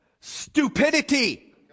stupidity